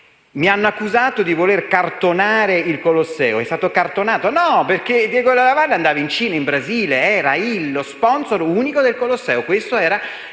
Mi hanno accusato di voler cartonare il Colosseo. È stato cartonato? No, perché Diego Della Valle andava in Cina, in Brasile ed era lo *sponsor* unico del Colosseo. Questo era